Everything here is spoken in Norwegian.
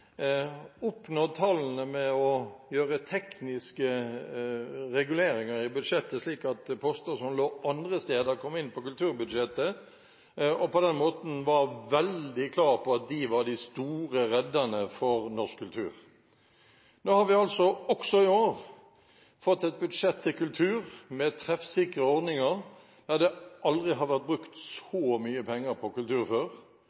oppnådd tallene ved å gjøre tekniske reguleringer i budsjettet, slik at poster som lå andre steder, kom inn på kulturbudsjettet – og på den måten var veldig klare på at de var de store redderne av norsk kultur. Nå har vi også i år fått et budsjett til kultur med treffsikre ordninger. Det har aldri før vært brukt